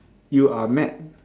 you are mad